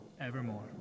evermore